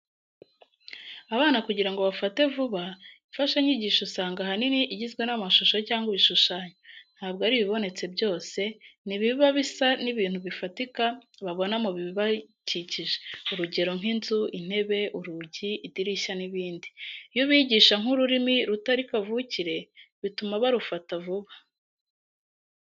Abana kugira ngo bafate vuba, imfashanyigisho usanga ahanini igizwe n'amashusho cyangwa ibishushanyo. Ntabwo ari ibibonetse byose, ni ibiba bisa n'ibintu bifatika babona mu bibakikije. Urugero nk'inzu, intebe, urugi, idirishya n'ibindi. Iyo ubigisha nk'ururimi rutari kavukire, bituma barufata vuba.